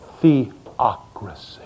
theocracy